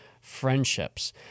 friendships